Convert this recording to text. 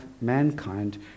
mankind